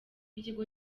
ikigo